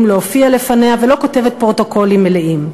להופיע בפניה ולא כותבת פרוטוקולים מלאים.